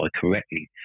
correctly